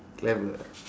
clever